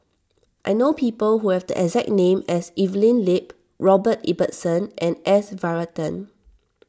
I know people who have the exact name as Evelyn Lip Robert Ibbetson and S Varathan